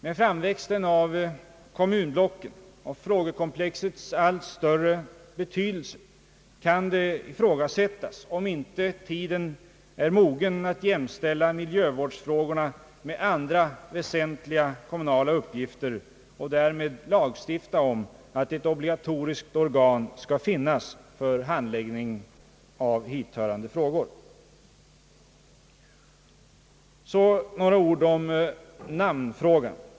Med framväxten av kommunblocken och frågekomplexets allt större betydelse kan det ifrågasättas, om inte tiden är mogen att jämställa miljövårdsfrågorna med andra väsentliga kommunala uppgifter och därmed lagstifta om att ett obligatoriskt organ skall finnas för handläggningen av hithörande frågor. Så några ord om namnfrågan.